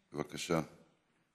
בבקשה.